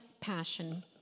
passion